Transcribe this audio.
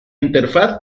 interfaz